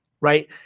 right